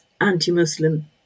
anti-Muslim